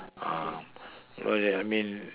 uh what is that I mean